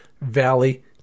Valley